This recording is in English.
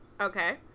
Okay